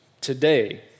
today